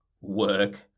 work